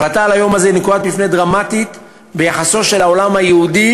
ההחלטה על היום הזה היא נקודת מפנה דרמטית ביחסו של העולם לעם היהודי,